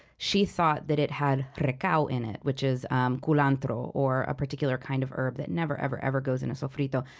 she thought that it had a recao in it, which is a um culantro or a particular kind of herb that never, ever ever goes in a sofrito.